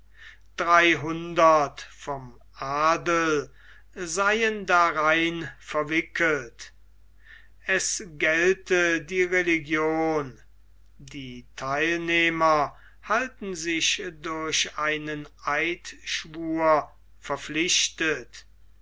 dreihundert vom adel seien darein verwickelt es gelte die religion die theilnehmer halten sich durch einen eidschwur verpflichtet